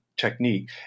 technique